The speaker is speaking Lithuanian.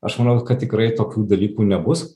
aš manau kad tikrai tokių dalykų nebus